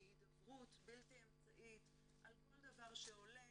הידברות בלתי אמצעית על כל דבר שעולה,